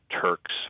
Turks